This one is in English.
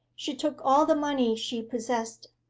she took all the money she possessed,